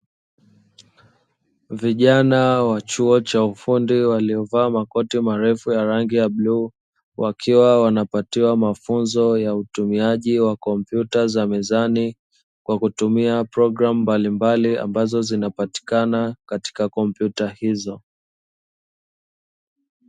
Vijana wa chuo cha ufundi waliovaa makoti marefu ya rangi ya bluu, wakiwa wanapatiwa mafunzo ya utumiaji wa kompyuta za mezani, kwa kutumia programu mbalimbali ambazo zinapatikana katika kompyuta hizo.